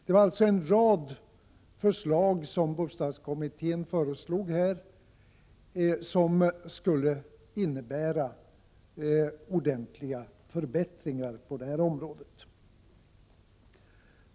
Det var alltså en rad förslag som bostadskommittén hade, som skulle innebära ordentliga förbättringar på det här området.